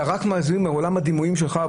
אתה רק מזמין מעולם הדימויים שלך,